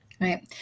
Right